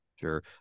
Sure